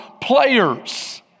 players